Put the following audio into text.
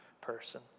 person